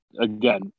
again